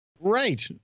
Right